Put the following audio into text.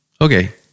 Okay